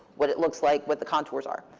what it looks like, what the contours are.